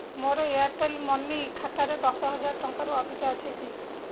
ମୋର Airtel money ଖାତାରେ ଦଶହଜାର ଟଙ୍କାରୁ ଅଧିକ ଅଛି କି